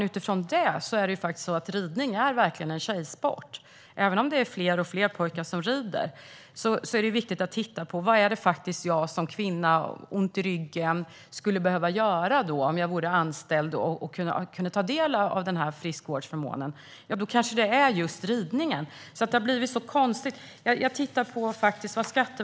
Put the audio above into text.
Utifrån den aspekten är ridning verkligen en tjejsport. Även om allt fler pojkar rider är det viktigt att titta på vad en kvinna som har ont i ryggen och som är anställd skulle behöva göra och kan ta del av när det gäller friskvårdsförmånen. Då kanske det är just ridningen. Men det har blivit så konstigt.